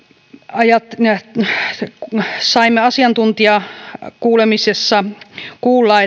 sen perusteella mitä saimme asiantuntijakuulemisessa kuulla